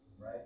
Right